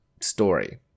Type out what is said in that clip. story